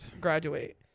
graduate